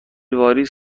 واریز